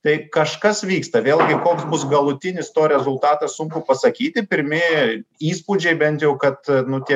tai kažkas vyksta vėlgi koks bus galutinis to rezultatas sunku pasakyti pirmieji įspūdžiai bent jau kad nu tie